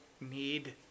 need